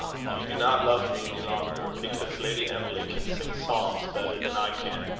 you do not love me any longer, because lady emily can sing psalms better than i can!